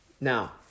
Now